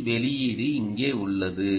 C வெளியீடு இங்கே உள்ளது